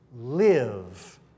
live